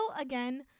again